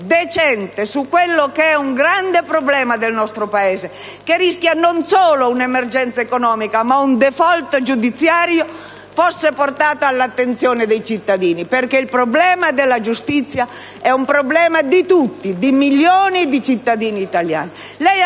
decente su un grande problema del nostro Paese, che rischia non solo un'emergenza economica, ma anche un *default* giudiziario, fosse portato all'attenzione dei cittadini: il problema della giustizia, infatti, riguarda tutti, milioni di cittadini italiani.